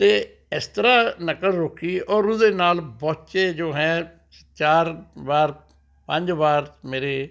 ਅਤੇ ਇਸ ਤਰ੍ਹਾਂ ਨਕਲ ਰੋਕੀ ਔਰ ਉਹਦੇ ਨਾਲ ਬੱਚੇ ਜੋ ਹੈ ਚਾਰ ਵਾਰ ਪੰਜ ਵਾਰ ਮੇਰੇ